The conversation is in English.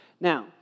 Now